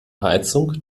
heizung